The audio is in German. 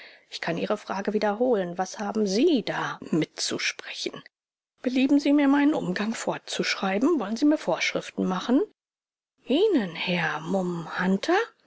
ich kann ihre frage wiederholen was haben sie da mitzusprechen belieben sie mir meinen umgang vorzuschreiben wollen sie mir vorschriften machen ihnen herr